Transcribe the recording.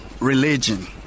Religion